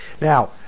Now